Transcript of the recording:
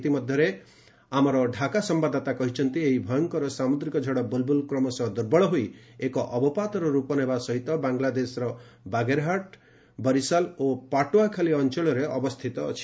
ଇତିମଧ୍ୟରେ ଆମର ଢାକା ସମ୍ଭାଦଦାତା କହିଛନ୍ତି ଏହି ଭୟଙ୍କର ସାମୁଦ୍ରିକ ଝଡ଼ ବୁଲ୍ବୁଲ୍ କ୍ରମଶଃ ଦୁର୍ବଳ ହୋଇ ଏକ ଅବପାତର ରୂପ ନେବା ସହିତ ବାଂଲାଦେଶର ବାଗେର୍ହାଟ୍ ବରିଶାଲ୍ ଓ ପାଟୁଆଖାଲି ଅଞ୍ଚଳରେ ଅବସ୍ଥିତ ଅଛି